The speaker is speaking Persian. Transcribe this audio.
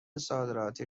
صادراتی